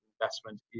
investment